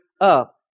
up